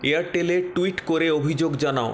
এয়ারটেলে টুইট করে অভিযোগ জানাও